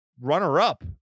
runner-up